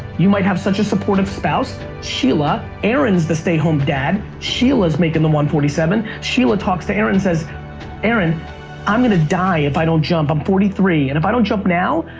you might have such a supportive spouse, sheila, aaron is the stay home dad, sheila is making the one forty seven, sheila talks to aaron and says aaron i'm going to die if i don't jump. i'm forty three and if i don't jump now,